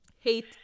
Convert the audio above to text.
Hate